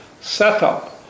setup